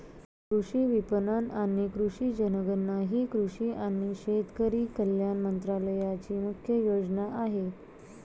कृषी विपणन आणि कृषी जनगणना ही कृषी आणि शेतकरी कल्याण मंत्रालयाची मुख्य योजना आहे